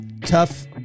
tough